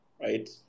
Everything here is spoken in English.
right